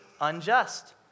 unjust